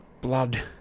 Blood